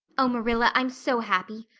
oh, marilla, i'm so happy.